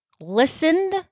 listened